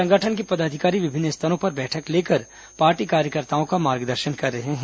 संगठन के पदाधिकारी विभिन्न स्तरों पर बैठक लेकर पार्टी कार्यकर्ताओं का मार्गदर्शन कर रहे हैं